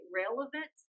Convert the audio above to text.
relevant